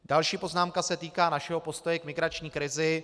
Další poznámka se týká našeho postoje k migrační krizi.